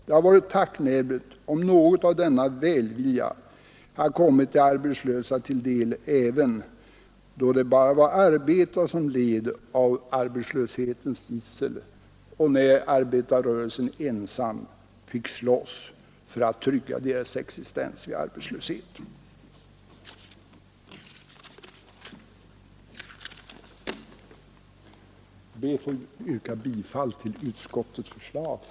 Det hade varit tacknämligt, om något av denna välvilja hade kommit de arbetslösa till del även då det bara var arbetare som led av arbetslöshetens gissel och när arbetarrörelsen ensam fick slåss för att trygga existensen vid arbetslöshet. Jag ber, fru talman, att få yrka bifall till utskottets hemställan.